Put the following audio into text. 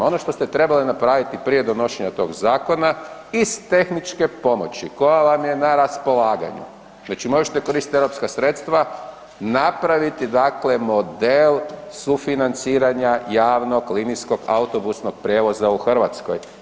Ono što ste trebali napraviti prije donošenja tog zakona, iz tehničke pomoći koja vam je na raspolaganju, znači možete koristiti europska sredstva, napraviti dakle model sufinanciranje, javnog, linijskog, autobusnog prijevoza u Hrvatskoj.